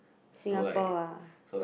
Singapore ah